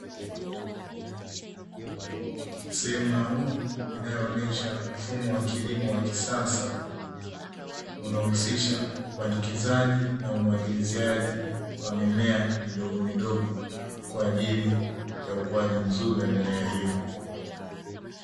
Sehemu maalumu inayoonesha mfumo wa kilimo wa kisasa, unaohusisha upandikizaji na umwagiliziaji wa mimea midogo midogo kwa ajili ya ukuaji mzuri wa mimea hiyo.